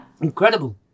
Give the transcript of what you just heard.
Incredible